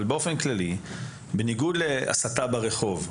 באופן כללי בניגוד להסתה ברחוב,